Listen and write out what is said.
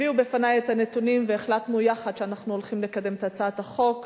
הביאו בפני את הנתונים והחלטנו יחד שאנחנו הולכים לקדם את הצעת החוק.